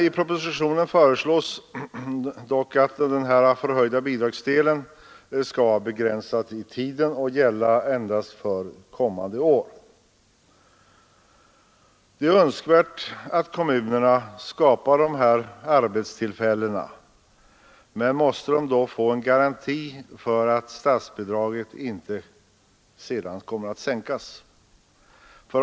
I propositionen föreslås dock att tillämpningen av den förhöjda bidragsdelen skall begränsas i tiden till att gälla endast för det kommande året. Det är önskvärt att kommunerna skapar dessa arbetstillfällen, men de måste då få en garanti för att statsbidraget inte sedan kommer att sänkas.